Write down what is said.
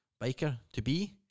biker-to-be